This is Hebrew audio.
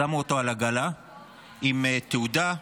שמו אותו על עגלה עם תעודה.